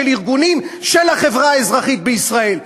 של ארגונים של החברה האזרחית בישראל,